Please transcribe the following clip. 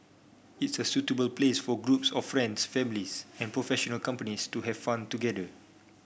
it's a suitable place for groups of friends families and professional companies to have fun together